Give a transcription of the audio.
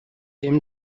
him